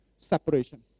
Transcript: Separation